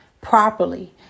properly